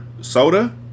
Soda